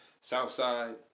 Southside